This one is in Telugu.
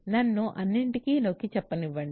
నన్ను అన్నింటిని నొక్కి చెప్పనివ్వండి